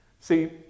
see